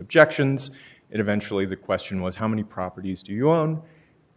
objections and eventually the question was how many properties do you own